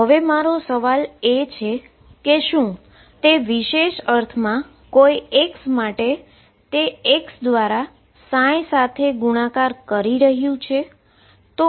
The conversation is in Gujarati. તો હવે મારો સવાલ એ છે કે શું તે વિશેષ અર્થમાં કોઈ એક x માટે x દ્વારા સાથે ગુણાકાર કરી રહ્યું છે